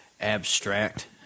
abstract